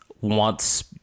wants